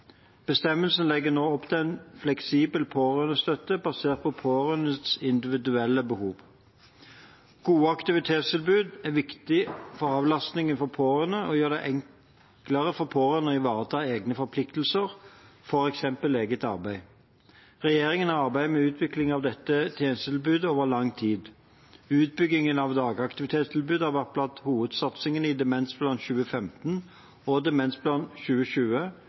Bestemmelsen legger nå opp til en fleksibel pårørendestøtte basert på pårørendes individuelle behov. Gode aktivitetstilbud er viktig for avlastningen for pårørende og gjør det enklere for pårørende ivareta egne forpliktelser, f.eks. eget arbeid. Regjeringen har arbeidet med utviklingen av dette tjenestetilbudet over lang tid. Utbyggingen av dagaktivitetstilbudet har vært blant hovedsatsingene i Demensplan 2015 og i Demensplan 2020